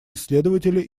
исследователи